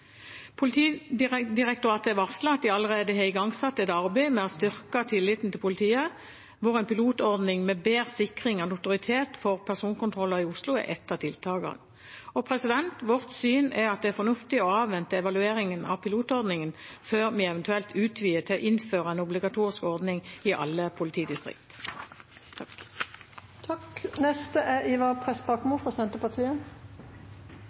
at de allerede har igangsatt et arbeid med å styrke tilliten til politiet, hvor en pilotordning med bedre sikring av notoritet for personkontroller i Oslo er et av tiltakene. Vårt syn er at det er fornuftig å avvente evalueringen av pilotordningen før vi eventuelt utvider til å innføre en obligatorisk ordning i alle politidistrikter. Som det er